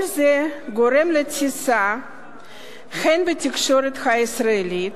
כל זה גורם לתסיסה הן בתקשורת הישראלית